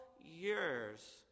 years